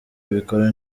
abikora